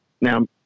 Now